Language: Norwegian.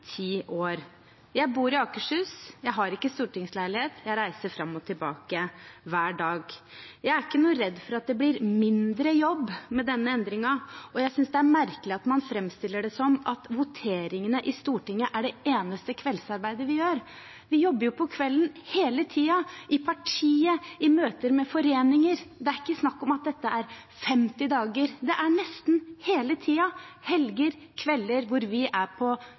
ti år. Jeg bor i Akershus, jeg har ikke stortingsleilighet, jeg reiser fram og tilbake hver dag. Jeg er ikke noe redd for at det blir mindre jobb med denne endringen, og jeg synes det er merkelig at man framstiller det som om voteringene i Stortinget er det eneste kveldsarbeidet vi gjør. Vi jobber jo om kvelden hele tiden – i partiet, i møter med foreninger; det er ikke snakk om at dette er femti dager, det er nesten hele tiden helger og kvelder hvor vi er på